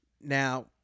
Now